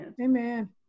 amen